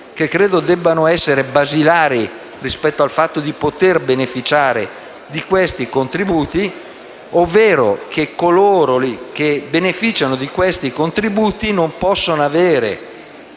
che credo debbano essere basilari rispetto al fatto di poter beneficiare di questi contributi: coloro che beneficiano di questi contributi non possono avere